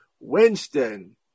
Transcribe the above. Winston